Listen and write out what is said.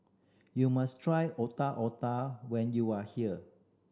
you must try Otak Otak when you are here